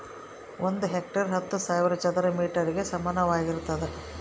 ಒಂದು ಹೆಕ್ಟೇರ್ ಹತ್ತು ಸಾವಿರ ಚದರ ಮೇಟರ್ ಗೆ ಸಮಾನವಾಗಿರ್ತದ